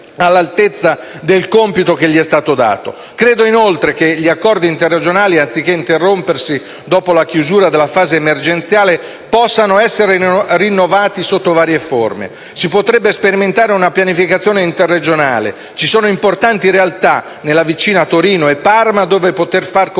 all'altezza del compito che gli è stato dato. Credo inoltre che gli accordi interregionali, anziché interrompersi dopo la chiusura della fase emergenziale, possano essere rinnovati sotto altre forme. Si potrebbe sperimentare una pianificazione interregionale; ci sono importanti realtà, nelle vicine Torino e Parma, dove poter far confluire